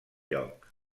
lloc